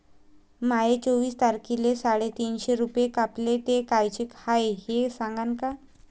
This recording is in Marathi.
माये चोवीस तारखेले साडेतीनशे रूपे कापले, ते कायचे हाय ते सांगान का?